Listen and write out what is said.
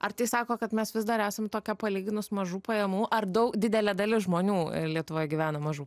ar tai sako kad mes vis dar esam tokia palyginus mažų pajamų ar daug didelė dalis žmonių lietuvoje gyvena mažų